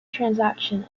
transaction